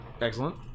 Excellent